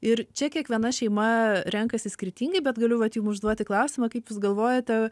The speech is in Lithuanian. ir čia kiekviena šeima renkasi skirtingai bet galiu vat jum užduoti klausimą kaip jūs galvojate